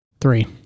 three